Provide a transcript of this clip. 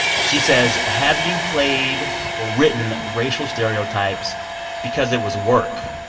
she says, have you played or written racial stereotypes because it was work,